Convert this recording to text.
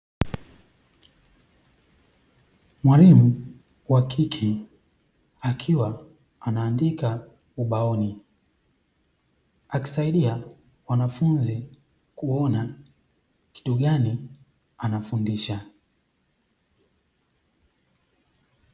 Mwalimu wa kike akiwa anaandika ubaoni, akisaidia wanafunzi kuona kitu gani anafundisha.